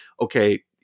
okay